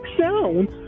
sound